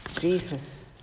Jesus